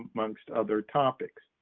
amongst other topics.